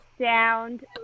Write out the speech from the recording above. sound